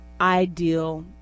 ideal